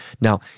Now